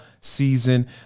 season